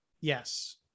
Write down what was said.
Yes